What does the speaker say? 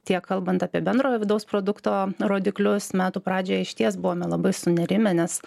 tiek kalbant apie bendrojo vidaus produkto rodiklius metų pradžioje išties buvome labai sunerimę nes